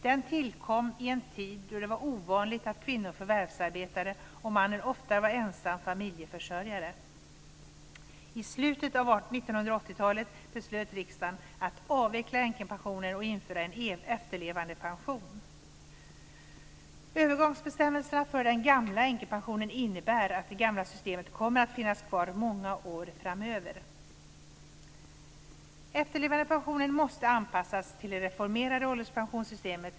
Den tillkom i en tid då det var ovanligt att kvinnor förvärvsarbetade och då mannen oftast var ensam familjeförsörjare. I slutet av 1980 talet beslöt riksdagen att avveckla änkepensionen och införa en efterlevandepension. Övergångsbestämmelserna för den gamla änkepensionen innebär att det gamla systemet kommer att finnas kvar många år framöver. Efterlevandepensionerna måste anpassas till det reformerade ålderspensionssystemet.